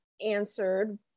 answered